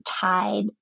tied